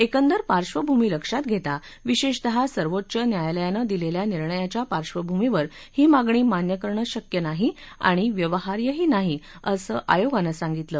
एकंदर पार्श्वभूमी लक्षात घेता विशेषतः सर्वोच्च न्यायालयानं दिलेल्या निर्णयाच्या पार्श्वभूमीवर ही मागणी मान्य करणं शक्य नाही आणि व्यवहार्यही नाही असं आयोगांन सांगितलं